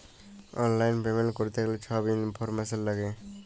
অললাইল পেমেল্ট ক্যরতে গ্যালে ছব ইলফরম্যাসল ল্যাগে